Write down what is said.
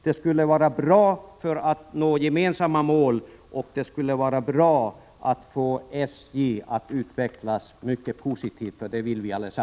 Det skulle vara bra när det gäller att nå gemensamma mål. Och det skulle vara bra att få SJ att utvecklas positivt, för det vill vi alla.